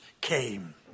came